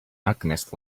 alchemist